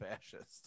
fascist